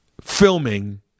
filming